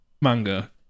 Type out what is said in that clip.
manga